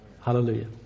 Hallelujah